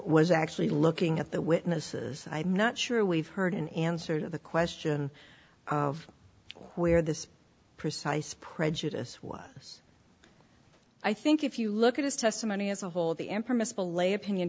was actually looking at the witnesses i'm not sure we've heard an answer to the question of where this precise prejudice was i think if you look at his testimony as a whole the